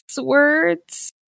words